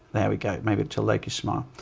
there we go. maybe to loki's smile.